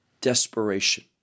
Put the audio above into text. desperation